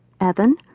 Evan